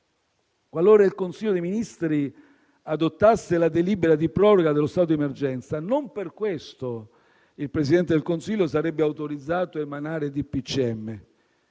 qualora il Consiglio dei ministri adottasse la delibera di proroga dello stato di emergenza, non per questo il Presidente del Consiglio sarebbe autorizzato ad emanare DPCM.